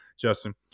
Justin